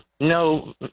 No